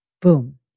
Boom